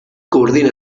coordina